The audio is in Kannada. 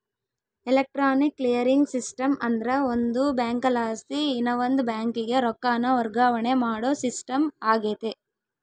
ಎಲೆಕ್ಟ್ರಾನಿಕ್ ಕ್ಲಿಯರಿಂಗ್ ಸಿಸ್ಟಮ್ ಅಂದ್ರ ಒಂದು ಬ್ಯಾಂಕಲಾಸಿ ಇನವಂದ್ ಬ್ಯಾಂಕಿಗೆ ರೊಕ್ಕಾನ ವರ್ಗಾವಣೆ ಮಾಡೋ ಸಿಸ್ಟಮ್ ಆಗೆತೆ